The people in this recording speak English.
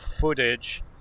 footage